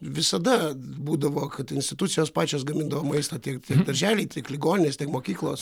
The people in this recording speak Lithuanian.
visada būdavo kad institucijos pačios gamindavo maistą tiek tiek darželiai tiek ligoninės tiek mokyklos